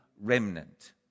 remnant